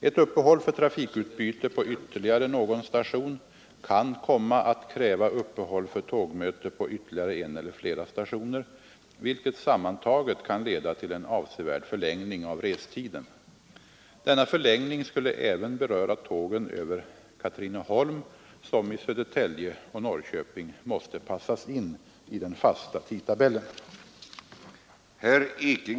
Ett uppehåll för trafikutbyte på ytterligare någon station kan komma att kräva uppehåll för tågmöte på ytterligare en eller flera stationer, vilket sammantaget kan leda till en avsevärd förlängning av restiden. Denna förlängning skulle även beröra tågen över Katrineholm, som i Södertälje och Norrköping måste passas in i den fasta tidtabellen.